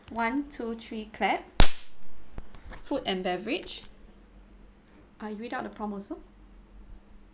one two three clap food and beverage ah you read out the prompt also